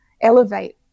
elevate